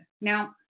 Now